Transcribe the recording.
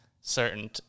certain